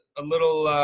a little